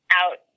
out